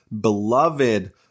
beloved